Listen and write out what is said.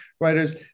writers